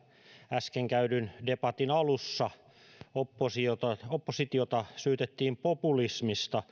äsken käydyn debatin alussa oppositiota oppositiota syytettiin populismista